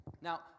Now